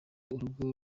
urugo